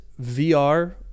VR